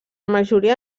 majoria